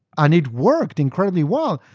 and it worked incredibly well.